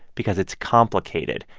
because it's complicated.